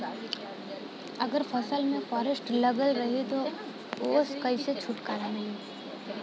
अगर फसल में फारेस्ट लगल रही त ओस कइसे छूटकारा मिली?